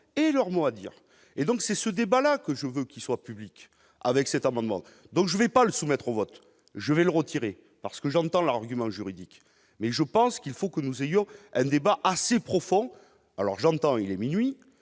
et leur mot à dire et donc c'est ce débat-là que je veux qu'il soit public avec cet amendement, donc je vais pas le soumettre au vote, je vais le retirer parce que j'entends l'argument juridique, mais je pense qu'il faut que nous ayons un débat assez profond, alors j'entends, il est minuit,